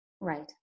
Right